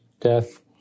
death